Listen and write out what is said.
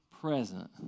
present